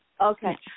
Okay